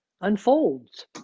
unfolds